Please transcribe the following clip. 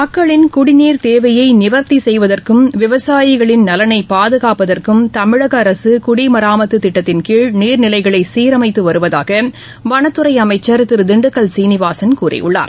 மக்களின் குடிநீர் தேவையை நிவர்த்தி செய்வதற்கும் விவசாயிகளின் நலனை பாதுகாப்பதற்கும் தமிழக அரசு குடிமராமத்து திட்டத்தின் கீழ் நீர்நிலைகளை சீரமைத்து வருவதாக வனத்துறை அமைச்ச் திரு திண்டுக்கல் சீனிவாசன் கூறியுள்ளார்